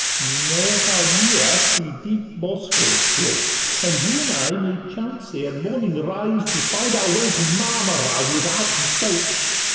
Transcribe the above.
you know how near us the deep bosphorus floats and you and i may chance, ere morning rise, to find our way to marmora without boats,